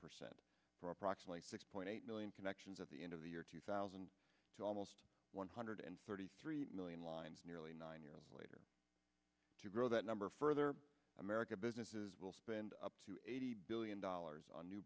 percent for approximately six point eight million connections at the end of the year two thousand and two almost one hundred thirty three million lines nearly nine years later to grow that number further american businesses will spend up to eighty billion dollars on new